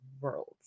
worlds